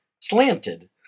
slanted